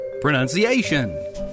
Pronunciation